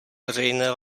veřejné